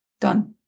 done